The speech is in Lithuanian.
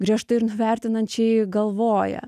griežtai ir nuvertinančiai galvoja